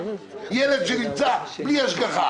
ילד שנמצא בלי השגחה,